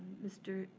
mr.